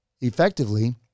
effectively